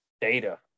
Data